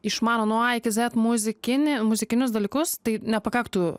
išmano nuo a iki zet muzikinį muzikinius dalykus tai nepakaktų